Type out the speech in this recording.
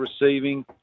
receiving